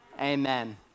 Amen